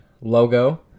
logo